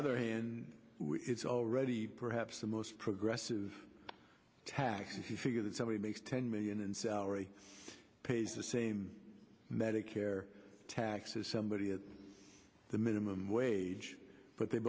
other hand it's already perhaps the most progressive tax the figure that somebody makes ten million in salary pays the same medicare taxes somebody at the minimum wage but they